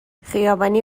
خیابانی